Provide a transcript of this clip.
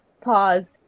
pause